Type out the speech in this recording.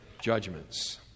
judgments